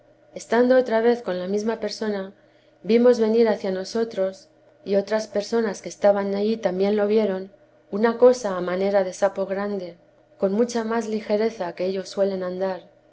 estando otra vez con la mesma persona vimos venir hacia nosotros y otras personas que estaban allí también lo vieron una cosa a manera de sapo grande con mucha más ligereza que ellos suelen andar